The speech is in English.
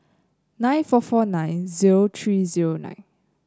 nine four four nine zero three zero nine